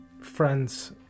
friends